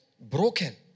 broken